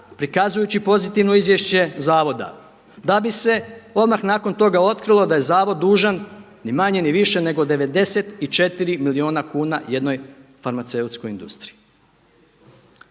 prikazujući pozitivno izvješće zavoda. Da bi se odmah nakon toga otkrilo da je zavod dužan ni manje ni više nego 94 milijuna kuna jednoj farmaceutskoj industriji.